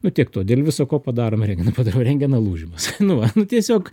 nu tiek to dėl viso ko padarome regri padarom rentgeną laužimas nu va nu tiesiog